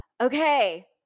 Okay